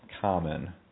common